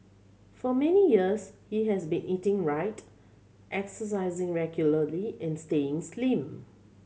for many years he has been eating right exercising regularly and staying slim